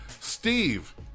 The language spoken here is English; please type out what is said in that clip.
Steve